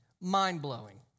mind-blowing